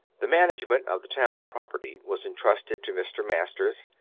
the management of the town property was entrusted to mr. masters,